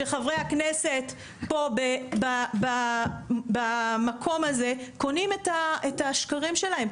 שחברי הכנסת פה במקום הזה קונים את השקרים שלהם,